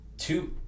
Two